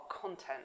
content